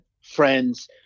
friends